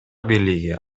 бийлиги